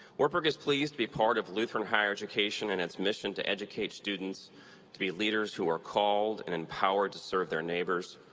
wartburg is pleased to be part of lutheran higher education and its mission to educate students to be leaders who are called and empowered to serve their neighbor,